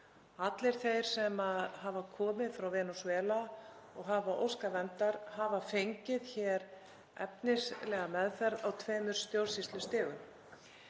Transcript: Allir þeir sem hafa komið frá Venesúela og hafa óskað verndar hafa fengið hér efnislega meðferð á tveimur stjórnsýslustigum.